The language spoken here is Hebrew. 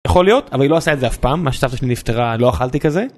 יכול להיות אבל היא לא עושה את זה אף פעם. מאז שסבתא שלי נפטרה לא אכלתי כזה.